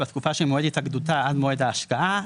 בתקופה שממועד התאגדותה עד מועד ההשקעה,